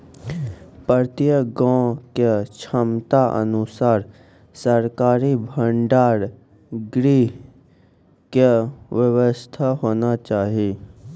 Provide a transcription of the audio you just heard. प्रत्येक गाँव के क्षमता अनुसार सरकारी भंडार गृह के व्यवस्था होना चाहिए?